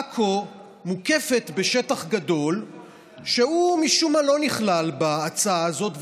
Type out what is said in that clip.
עכו מוקפת בשטח גדול שמשום מה לא נכלל בהצעה הזאת,